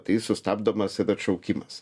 tai sustabdomas ir atšaukimas